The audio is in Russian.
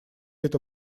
это